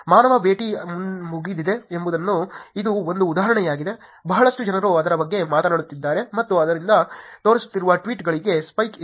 ಮಾನವ ಬೇಟೆ ಮುಗಿದಿದೆ ಎಂಬುದಕ್ಕೆ ಇದು ಒಂದು ಉದಾಹರಣೆಯಾಗಿದೆ ಬಹಳಷ್ಟು ಜನರು ಅದರ ಬಗ್ಗೆ ಮಾತನಾಡುತ್ತಿದ್ದಾರೆ ಮತ್ತು ಆದ್ದರಿಂದ ತೋರಿಸುತ್ತಿರುವ ಟ್ವೀಟ್ಗಳಲ್ಲಿ ಸ್ಪೈಕ್ ಇದೆ